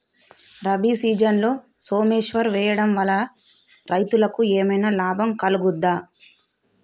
రబీ సీజన్లో సోమేశ్వర్ వేయడం వల్ల రైతులకు ఏమైనా లాభం కలుగుద్ద?